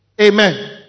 Amen